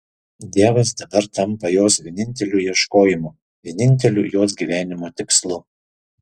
dievas dabar tampa jos vieninteliu ieškojimu vieninteliu jos gyvenimo tikslu